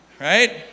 Right